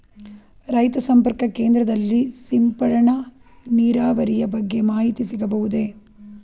ರೈತ ಸಂಪರ್ಕ ಕೇಂದ್ರದಲ್ಲಿ ಸಿಂಪಡಣಾ ನೀರಾವರಿಯ ಬಗ್ಗೆ ಮಾಹಿತಿ ಸಿಗಬಹುದೇ?